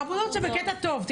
"חמודות" זה בקטע טוב.